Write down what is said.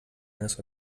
eines